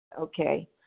Okay